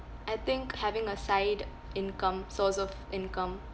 I think having a side income source of income